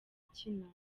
akina